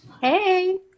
Hey